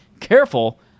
Careful